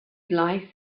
life